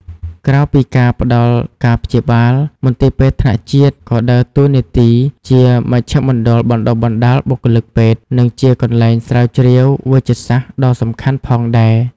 ក្រៅពីការផ្តល់ការព្យាបាល មន្ទីរពេទ្យថ្នាក់ជាតិក៏ដើរតួនាទីជាមជ្ឈមណ្ឌលបណ្តុះបណ្តាលបុគ្គលិកពេទ្យ និងជាកន្លែងស្រាវជ្រាវវេជ្ជសាស្ត្រដ៏សំខាន់ផងដែរ។